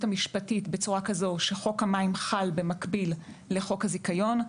המשפטית בצורה כזו שחוק המים חל במקביל לחוק הזיכיון,